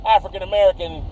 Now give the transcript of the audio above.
African-American